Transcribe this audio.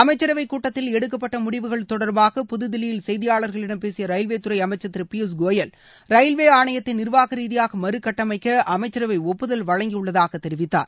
அமைச்சரவை கூட்டத்தில் எடுக்கப்பட்ட முடிவுகள் தொடர்பாக புதுதில்லியில் செய்தியாளர்களிடம் பேசிய ரயில்வேத்துறை அமைச்சர் திரு பியூஷ்கோயல் ரயில்வே ஆணையத்தை நிர்வாகரீதியாக மறுகட்டமைக்க அமைச்சரவை ஒப்புதல் வழங்கியுள்ளதாக தெரிவித்தார்